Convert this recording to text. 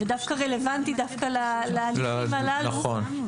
זה דווקא רלוונטי להליכים הללו,